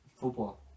Football